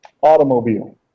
Automobile